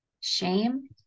Shame